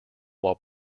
while